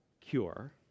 cure